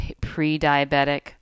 pre-diabetic